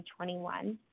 2021